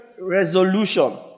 resolution